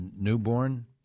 newborn